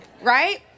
right